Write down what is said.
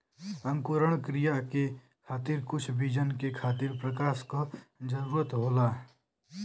अंकुरण क्रिया के खातिर कुछ बीजन के खातिर प्रकाश क जरूरत होला